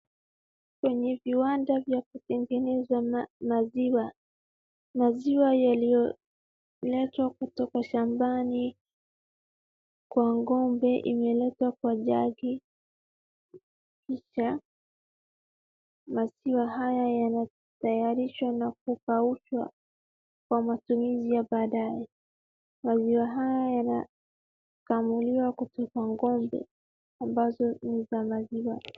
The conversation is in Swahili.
Kwenye viwanda vya kutengeneza maziwa, maziwa yaliyoletwa kutoka shambani kwa ng'ombe iliyo letwa kwa jagi, kisha maziwa haya yanatayarishwa na kukaushwa kwa matumizi ya baadae. Maziwa haya yanakamuliwa kutoka ng'ombe ambazo ni za maziwa.